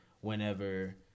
whenever